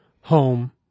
home